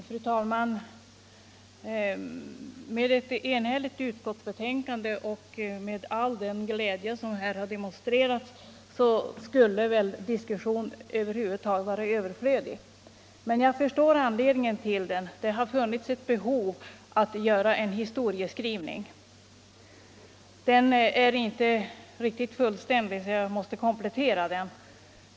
Fru talman! Med ett enhälligt utskottsbetänkande och med all den glädje som här har demonstrerats skulle väl diskussion över huvud taget vara överflödig. Men jag förstår anledningen till den. Det har funnits ett behov att göra en historieskrivning. Den är inte riktigt fullständig, så jag måste komplettera den.